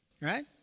right